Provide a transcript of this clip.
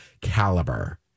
caliber